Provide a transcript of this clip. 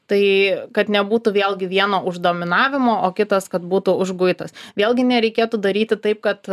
tai kad nebūtų vėlgi vieno uždominavimo o kitas kad būtų užguitas vėlgi nereikėtų daryti taip kad